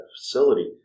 facility